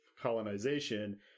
colonization